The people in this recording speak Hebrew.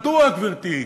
מדוע, גברתי?